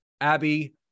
Abby